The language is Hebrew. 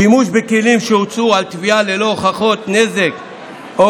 שימוש בכלים שהוצעו על תביעה ללא הוכחות נזק או